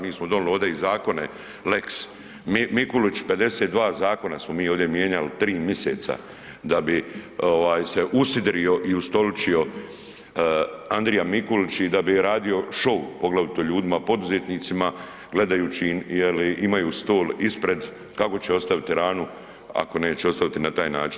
Mi smo donijeli ovdje i zakone lex Mikulić, 52 zakona smo mi ovdje mijenjali 3 mjeseca da bi se usidrio i ustoličio Andrija Mikulić i da bi radio šou, poglavito ljudima poduzetnicima, gledajući im je li imaju stol ispred, kako će ostaviti hranu, ako neće ostaviti na taj način.